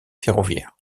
ferroviaire